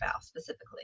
specifically